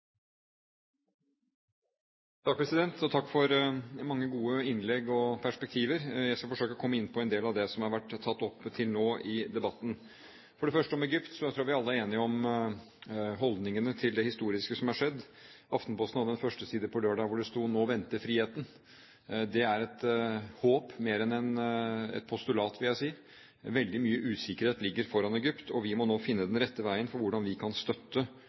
Takk for mange gode innlegg og perspektiver. Jeg skal forsøke å komme inn på en del av det som har vært tatt opp til nå i debatten. For det første, når det gjelder Egypt, tror jeg vi alle er enige om holdningene til det historiske som har skjedd. Aftenposten hadde en førsteside på lørdag hvor det sto: «Nå venter friheten.» Det er et håp mer enn et postulat, vil jeg si. Veldig mye usikkerhet ligger foran Egypt, og vi må nå finne den rette veien for hvordan vi kan støtte,